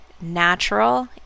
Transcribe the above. natural